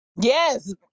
Yes